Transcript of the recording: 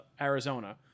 Arizona